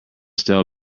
stale